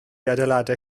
adeiladau